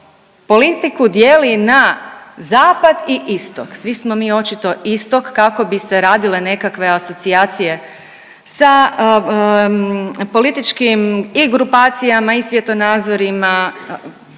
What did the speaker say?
politiku dijelu na zapad i istok. Svi smo mi očito istok kako bi se radile nekakve asocijacije sa političkim i grupacijama i svjetonazorima kojima